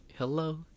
Hello